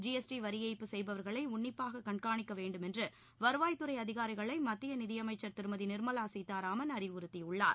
G S T வரி ஏய்ப்பு செய்பவர்களை உன்னிப்பாக கண்காணிக்க வேண்டுமென்று வருவாய் துறை அதிகாரிகளை மத்திய நிதியமைச்சர் திருமதி நிர்மலா சீத்தாராமன் அறிவுறுத்தியுள்ளார்